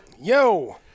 Yo